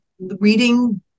reading